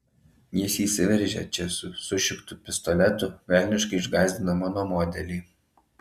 jis įsiveržia čia su sušiktu pistoletu velniškai išgąsdina mano modelį